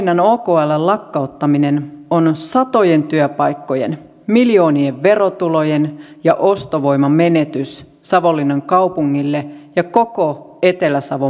savonlinnan okln lakkauttaminen on satojen työpaikkojen miljoonien verotulojen ja ostovoiman menetys savonlinnan kaupungille ja koko etelä savon maakunnalle